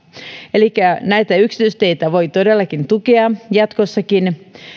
elikkä näitä yksityisteitä voi todellakin tukea jatkossakin